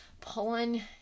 Pulling